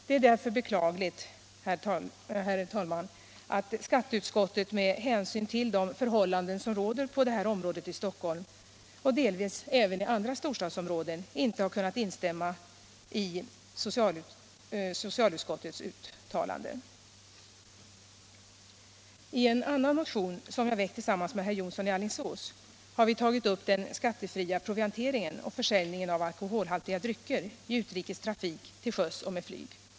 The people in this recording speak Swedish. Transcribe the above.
Det är därför beklagligt att skatteutskottet med hänsyn till de förhållanden som råder på det här området i Stockholm och delvis även i andra storstadsområden inte har kunnat instämma i socialutskottets uttalande. I en annan motion som jag väckt tillsammans med herr Jonsson i Alingsås har vi tagit upp den skattefria provianteringen och försäljningen av alkoholhaltiga drycker i utrikes trafik till sjöss och med flyg.